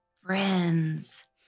friends